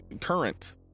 current